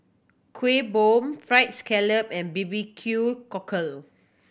Kuih Bom Fried Scallop and B B Q Cockle